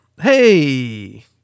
hey